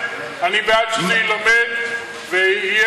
אני בעד שזה יילמד ויהיה,